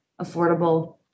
affordable